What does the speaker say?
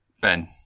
Ben